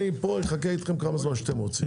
אני אחכה איתכם פה כמה זמן שאתם רוצים.